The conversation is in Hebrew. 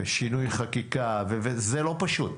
שינוי חקיקה, זה לא פשוט.